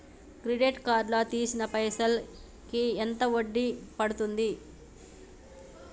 Credit card లా తీసిన పైసల్ కి ఎంత వడ్డీ పండుద్ధి?